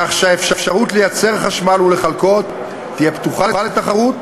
כך שהאפשרות לייצר חשמל ולחלקו תהיה פתוחה לתחרות,